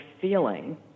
feeling